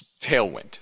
tailwind